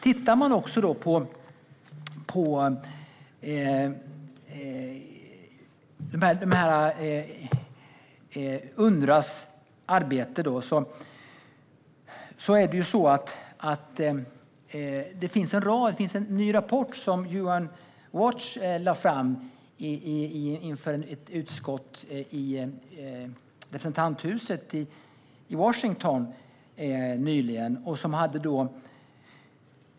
Det finns en ny rapport på 140 sidor som UN Watch lade fram inför ett utskott i representanthuset i Washington.